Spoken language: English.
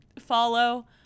follow